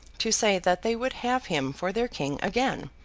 to say that they would have him for their king again,